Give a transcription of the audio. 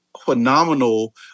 phenomenal